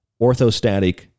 Orthostatic